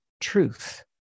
truth